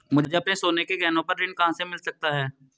मुझे अपने सोने के गहनों पर ऋण कहां से मिल सकता है?